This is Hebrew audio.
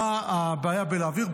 מה הבעיה בלהעביר?